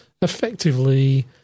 effectively